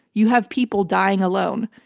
you have people dying alone.